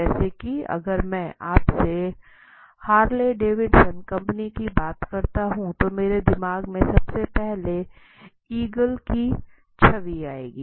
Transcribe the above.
जैसे की अगर मैं आपसे हार्ले डेविडसन कंपनी की बात करता हूँ तो मेरे दिमाग में सबसे पहले ईगल की छवि आएगी